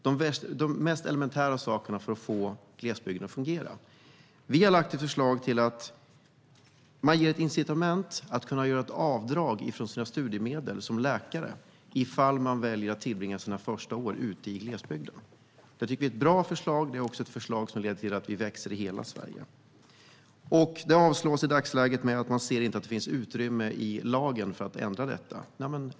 Det är de mest elementära sakerna för att få glesbygden att fungera. Vi har lagt fram ett förslag om att läkare ska kunna göra avdrag från sina studiemedel om de väljer att tillbringa sina första år i glesbygden. Vi tycker att det är ett bra förslag som leder till att hela Sverige växer. Detta avslås i dagsläget eftersom man ser att det inte finns utrymme i lagen för att ändra detta.